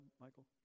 Michael